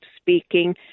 speaking